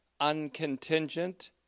uncontingent